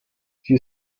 sie